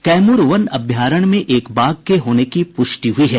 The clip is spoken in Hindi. कैमूर वन अभ्यारण्य में एक बाघ के होने की पुष्टि हुई है